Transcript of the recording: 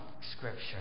Scripture